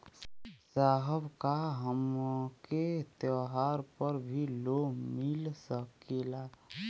साहब का हमके त्योहार पर भी लों मिल सकेला?